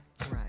Right